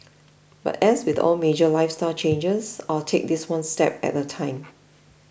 but as with all major lifestyle changes I'll take this one step at a time